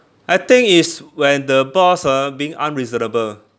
I think is when the boss ah being unreasonable